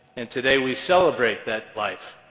and, today, we celebrate that life.